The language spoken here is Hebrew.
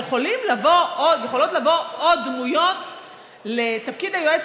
יכולות לבוא עוד דמויות לתפקיד היועץ